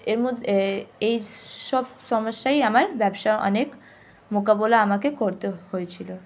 এর মধ্যে এই সব সমস্যাই আমার ব্যবসা অনেক মোকাবিলা আমাকে করতে হয়েছিল